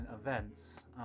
events